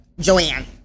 joanne